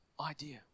idea